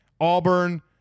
Auburn